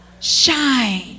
Shine